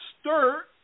stir